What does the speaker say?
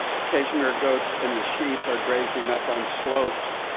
the cashmere goats and the sheep, are grazing up on slopes.